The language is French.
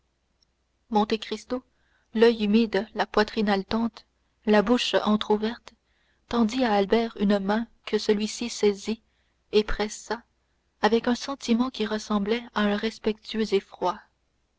s'estiment monte cristo l'oeil humide la poitrine haletante la bouche entrouverte tendit à albert une main que celui-ci saisit et pressa avec un sentiment qui ressemblait à un respectueux effroi